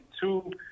two